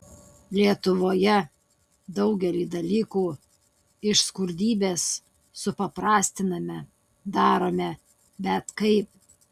lietuvoje daugelį dalykų iš skurdybės supaprastiname darome bet kaip